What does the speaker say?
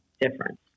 difference